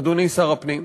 אדוני שר הפנים,